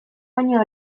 baino